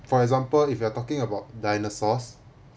for example if you are talking about dinosaurs